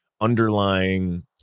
underlying